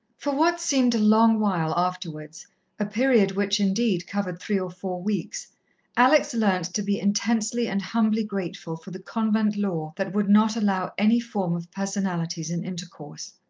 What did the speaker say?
for what seemed a long while afterwards a period which, indeed, covered three or four weeks alex learnt to be intensely and humbly grateful for the convent law that would not allow any form of personalities in intercourse.